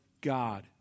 God